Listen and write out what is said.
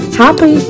happy